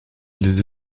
les